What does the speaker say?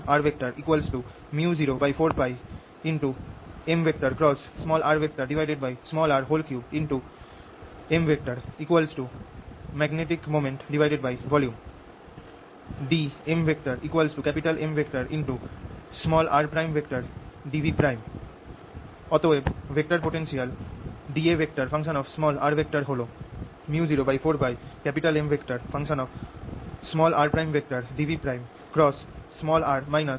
A µ04π M magnetic momentvolume dm Mr dV অতএব vector potential dA হল µ04πMr dVr r